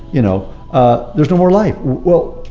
you know ah there's no more life. well,